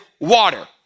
water